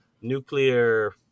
nuclear